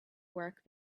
work